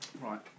right